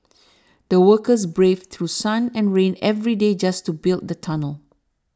the workers braved through sun and rain every day just to build the tunnel